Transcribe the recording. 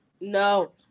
No